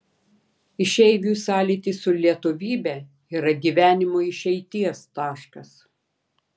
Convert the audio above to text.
išeiviui sąlytis su lietuvybe yra gyvenimo išeities taškas